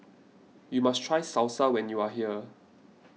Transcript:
you must try Salsa when you are here